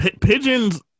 pigeons